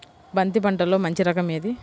బంతి పంటలో మంచి రకం ఏది?